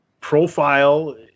profile